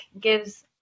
gives